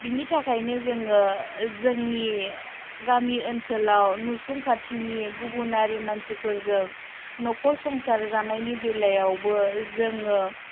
बिनि थाखायनो जोङो जोंनि गामि ओनसोलाव नसुं खाथिनि गुबुनारि मानसिफोरजों नखर संसार जानायनि बेलायावबो जोङो